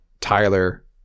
Tyler